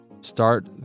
start